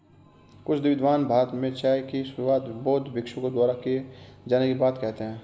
कुछ विद्वान भारत में चाय की शुरुआत बौद्ध भिक्षुओं द्वारा किए जाने की बात कहते हैं